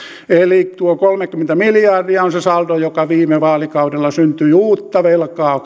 eli tuo kolmekymmentä miljardia on se saldo joka viime vaalikaudella syntyi uutta velkaa